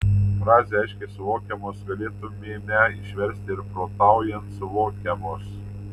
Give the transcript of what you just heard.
frazę aiškiai suvokiamos galėtumėme išversti ir protaujant suvokiamos